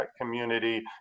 community